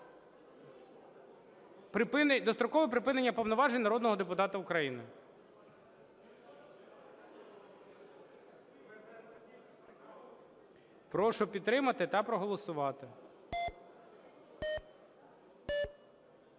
Дострокове припинення повноважень народного депутата України. Прошу підтримати та проголосувати.